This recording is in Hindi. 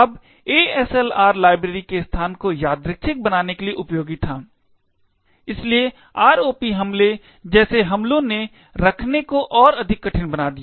अब ASLR लाइब्रेरी के स्थान को यादृच्छिक बनाने के लिए उपयोगी था इसलिए ROP हमले जैसे हमलों ने रखने को और अधिक कठिन बना दिया